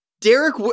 Derek